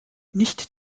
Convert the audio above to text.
nicht